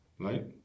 Right